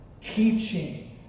teaching